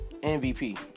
MVP